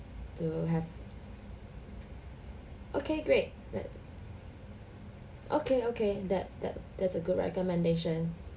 to have okay great that okay okay that's that that's a good recommendation